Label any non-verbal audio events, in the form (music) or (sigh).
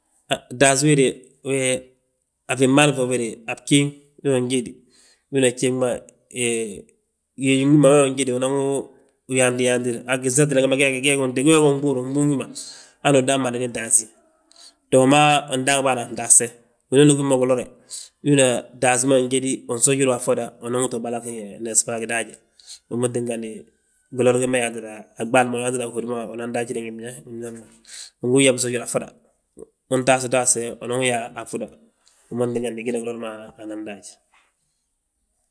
Taasí we de a fii mban foofe de a bjéeŋ, (unintelligible) jédi wina bjéeŋ ma. (hesitation) wi maa wi unjéti, yóyi wi ma wi maa wi unjédi, unwi yaantii yaantir, hangisatina gembe geegi (hesitation) unɓúr gbúŋ gi ma hanu udan madani taasí. To ma ndaangi bâan ntaaste, Winooni gi mo ulore, wina taasí ma njédi, win sujur wa a ffoda, unan wu to balagi, nesba gidaaje. Wi ma tíngani, gilor gembe yaantita a ɓaali ma wi yaantita a hódi ma winan daajire ngi biñaŋ (unintelligible) winan wi sujura a ffoda, untaasti taaste, unan wi yaa a ffoda wi tingan (unintelligible) anan daaj.